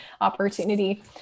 opportunity